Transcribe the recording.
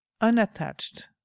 unattached